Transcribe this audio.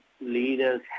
leaders